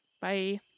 Bye